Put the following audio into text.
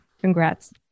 Congrats